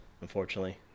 unfortunately